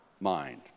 mind